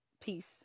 Peace